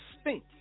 stink